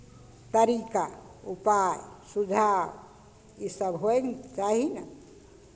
तरीका उपाय सुझाव इसभ होय ने चाही ने